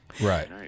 right